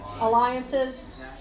alliances